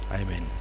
Amen